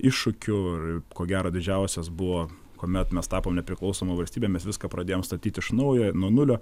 iššūkių ir ko gero didžiausias buvo kuomet mes tapom nepriklausoma valstybė mes viską pradėjom statyti iš naujo ir nuo nulio